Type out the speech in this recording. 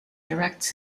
directs